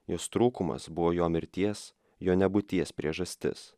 jos trūkumas buvo jo mirties jo nebūties priežastis